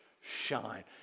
shine